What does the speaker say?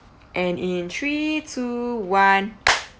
and in three two one